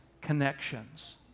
connections